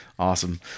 Awesome